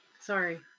Sorry